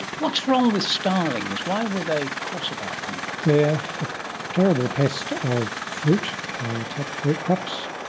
what's wrong with starlings? why were they cross about them? they are a terrible pest of fruit, they attack fruit crops,